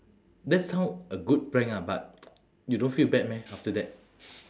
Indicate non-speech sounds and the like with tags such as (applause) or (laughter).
that sound a good prank ah but (noise) you don't feel bad meh after that